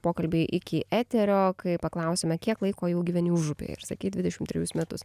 pokalbį iki eterio kai paklausėme kiek laiko jau gyveni užupyje ir sakei dvidešim trejus metus